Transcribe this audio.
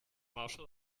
martial